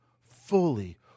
fully